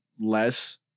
less